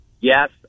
yes